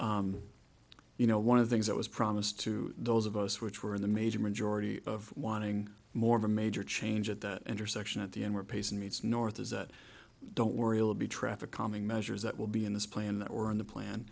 but you know one of the things that was promised to those of us which were in the major majority of wanting more major change at the intersection at the end where pacing meets north as a don't worry we'll be traffic calming measures that will be in this plan or in the plan